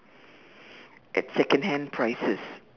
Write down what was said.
at second hand prices